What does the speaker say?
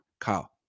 Kyle